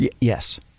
Yes